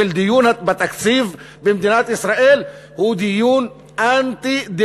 של דיון בתקציב במדינת ישראל הוא של דיון אנטי-דמוקרטי,